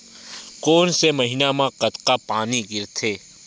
कोन से महीना म कतका पानी गिरथे?